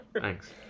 Thanks